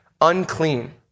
unclean